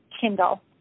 Kindle